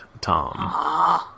Tom